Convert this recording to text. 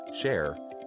share